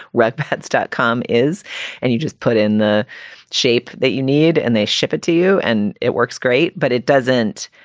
red pads dot com is and you just put in the shape that you need and they ship it to you. and it works great, but it doesn't.